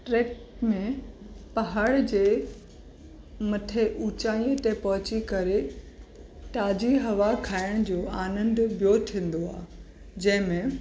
track में पहाड़ जे मथे ऊचायूं ते पहुची करे ताज़ी हवा खाइण जो आनंद ॿियों थींदो आहे जंहिंमें